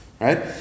Right